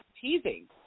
teasing